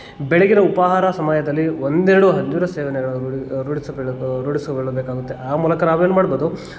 ಬೆಳಗಿನ ಉಪಹಾರ ಸಮಯದಲ್ಲಿ ಒಂದೆರಡು ಅಂಜೂರ ಸೇವನೆಗಳನ್ನು ರೂಢಿಸಿಕೊಳ್ಳಬೇಕಾಗುತ್ತೆ ಆ ಮೂಲಕ ನಾವು ಏನು ಮಾಡ್ಬೋದು